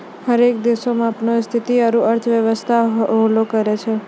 हरेक देशो के अपनो स्थिति आरु अर्थव्यवस्था होलो करै छै